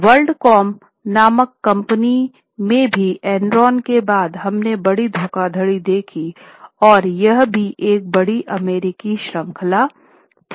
world com नामक कंपनी में भी एनरॉन के बाद हमने बड़ी धोखाधड़ी देखि और यह भी एक बड़ी अमेरिकी श्रृंखला थी